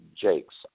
Jakes